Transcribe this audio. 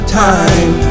time